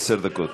עשר דקות.